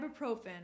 ibuprofen